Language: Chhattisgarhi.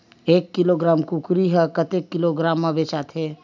एक किलोग्राम कुकरी ह कतेक किलोग्राम म बेचाथे?